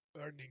earning